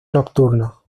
nocturnos